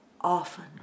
often